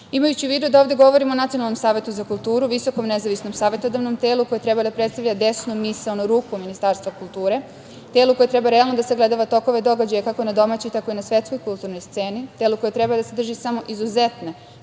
u vidu da ovde govorimo o Nacionalnom savetu za kulturu, visokom nezavisnom savetodavnom telu koje treba da predstavlja desnu misaonu ruku Ministarstva kulture, telu koje treba realno da sagledava tokove događaja kako na domaćoj tako i na svetskoj kulturnoj sceni, telo koje treba da sadrži samo izuzetne,